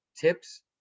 tips